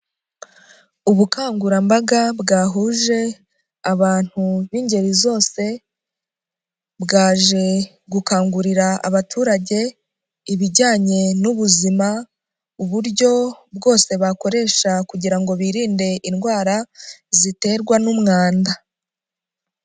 Ubukangurambaga bwahuje abantu b'ingeri zose, bwaje gukangurira abaturage ibijyanye n'ubuzima, uburyo bwose bakoresha kugira ngo birinde indwara ziterwa n'umwanda.